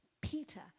Peter